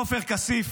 עופר כסיף